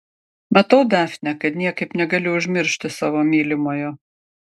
matau dafne kad niekaip negali užmiršti savo mylimojo